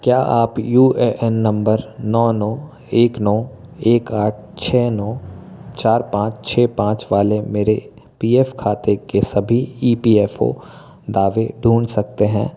क्या आप U A N number नौ नौ एक नौ एक आठ छह नौ चार पाँच छह पाँच वाले मेरे पी एफ़ खाते के सभी ई पी एफ़ ओ दावे ढूँढ सकते हैं